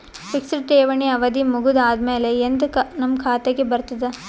Fixed ಠೇವಣಿ ಅವಧಿ ಮುಗದ ಆದಮೇಲೆ ಎಂದ ನಮ್ಮ ಖಾತೆಗೆ ಬರತದ?